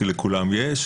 כי לכולם יש,